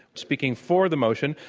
speaking for the motion,